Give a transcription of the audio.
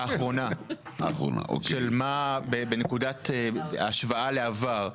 האחרונה בנקודת השוואה לעבר,